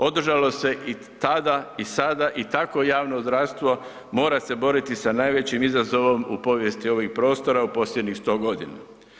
Održalo se i tada i sada i takvo javno zdravstvo mora se boriti sa najvećim izazovom u povijesti ovih prostora u posljednjih 100.g.